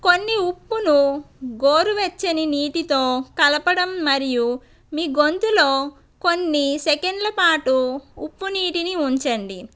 కొన్ని ఉప్పును గోరు వెచ్చని నీటితో కలపడం మరియు మీ గొంతులో కొన్ని సెకన్ల పాటు ఉప్పు నీటిని ఉంచండి